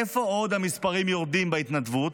איפה עוד המספרים יורדים בהתנדבות?